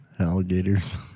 Alligators